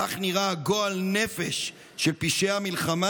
כך נראה הגועל נפש של פשעי המלחמה